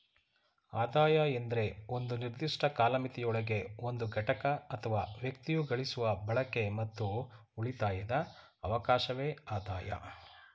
ಆದಾಯ ಎಂದ್ರೆ ಒಂದು ನಿರ್ದಿಷ್ಟ ಕಾಲಮಿತಿಯೊಳಗೆ ಒಂದು ಘಟಕ ಅಥವಾ ವ್ಯಕ್ತಿಯು ಗಳಿಸುವ ಬಳಕೆ ಮತ್ತು ಉಳಿತಾಯದ ಅವಕಾಶವೆ ಆದಾಯ